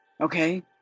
Okay